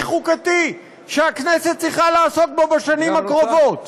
חוקתי שהכנסת צריכה לעסוק בו בשנים הקרובות?